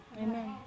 Amen